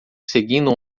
seguindo